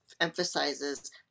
emphasizes